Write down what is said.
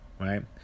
Right